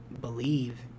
believe